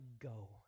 go